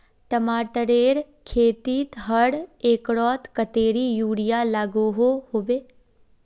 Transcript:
टमाटरेर खेतीत हर एकड़ोत कतेरी यूरिया लागोहो होबे?